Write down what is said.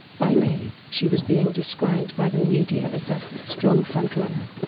by may, she was being described by the media as the strong front-runner.